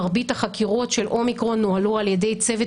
מרבית החקירות של אומיקרון הועלו על ידי צוות